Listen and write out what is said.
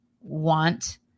want